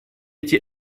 эти